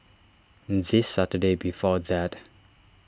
the Saturday before that